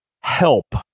help